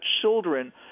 children